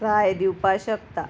राय दिवपा शकता